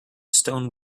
stone